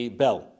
bell